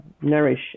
nourish